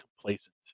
complacent